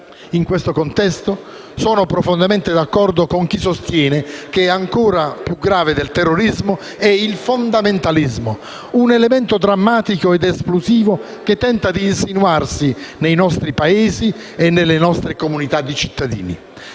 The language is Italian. In questo contesto, sono profondamente d'accordo con chi sostiene che, ancora più grave del terrorismo, è il fondamentalismo: un elemento drammatico ed esplosivo, che tenta di insinuarsi nei nostri Paesi e nelle nostre comunità di cittadini.